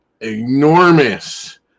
enormous